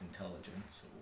intelligence